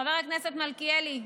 חבר הכנסת מלכיאלי,